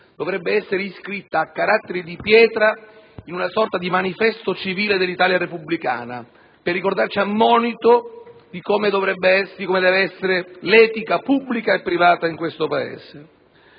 dovrebbe essere iscritta a caratteri di pietra in una sorta di manifesto civile dell'Italia repubblicana quale monito di come deve essere l'etica pubblica e privata in questo Paese.